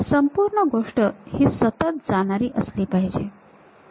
संपूर्ण गोष्ट ही सतत जाणारी असली पाहिजे